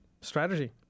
strategy